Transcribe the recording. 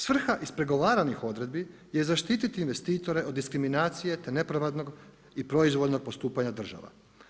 Svrha ispregovaranih odredbi je zaštiti investitore od diskriminacije te nepravednog i proizvoljnog postupanja država.